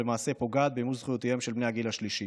אשר למעשה פוגעת במימוש זכויותיהם של בני הגיל השלישי.